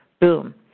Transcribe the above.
Boom